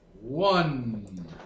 One